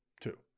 Two